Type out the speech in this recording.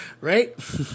right